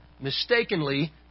mistakenly